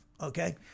okay